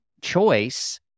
choice